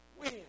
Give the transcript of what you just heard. win